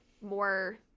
more